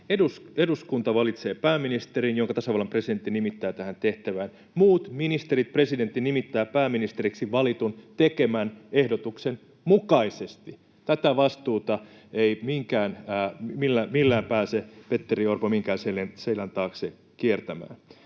”Eduskunta valitsee pääministerin, jonka tasavallan presidentti nimittää tähän tehtävään. Muut ministerit presidentti nimittäin pääministeriksi valitun tekemän ehdotuksen mukaisesti.” Tätä vastuuta ei millään pääse, Petteri Orpo, minkään selän taakse kiertämään.